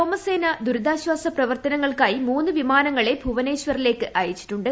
വ്യേമസേന ദുരിതാശ്വാസ പ്രവർത്തനങ്ങൾക്കായി ദ വിമാനങ്ങളെ ഭുവനേശ്വറിലേക്ക് അയച്ചിട്ടുണ്ട്